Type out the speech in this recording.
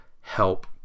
help